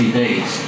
days